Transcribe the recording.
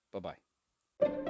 Bye-bye